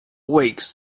weeks